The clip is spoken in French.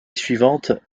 suivante